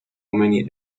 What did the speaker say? many